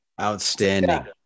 Outstanding